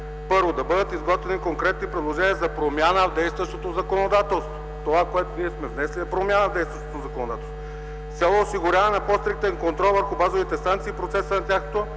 „1. Да бъдат изготвени конкретни предложения за промяна в действащото законодателство - това, което сме внесли, е промяна в действащото законодателство – с цел осигуряване на по-стриктен контрол върху базовите станции в процеса на тяхното